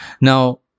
Now